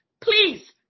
please